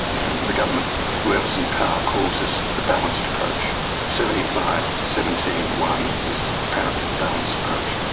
and the government whoever's in power calls this the balanced approach seventy-five, seventeen, one is apparently the balanced approach.